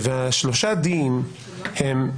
שלושת ה-D הם: